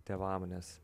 tėvam nes